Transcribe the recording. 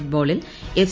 ഫുട്ബോളിൽ എഫ്